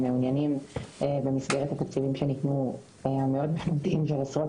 מעוניינים במסגרת התקציבים המאוד משמעותיים שניתנו של עשרות